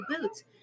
boots